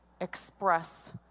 express